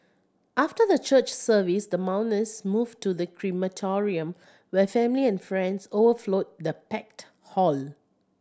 after the church service the mourners moved to the crematorium where family and friends overflowed the packed hall